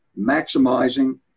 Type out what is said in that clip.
maximizing